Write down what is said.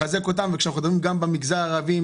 וכשאנחנו מדברים גם במגזר הערבי,